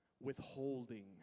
withholding